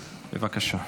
בבקשה.